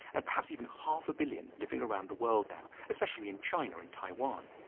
and perhaps even half a billion, living around the world now, especially in china and taiwan.